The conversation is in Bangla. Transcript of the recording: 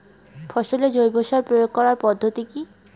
ফসলে জৈব সার প্রয়োগ করার পদ্ধতি কি?